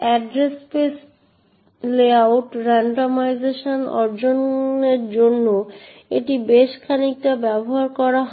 address space layout randomisation অর্জনের জন্য এটি বেশ খানিকটা ব্যবহার করা হয়